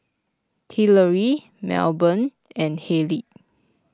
Hillery Melbourne and Haleigh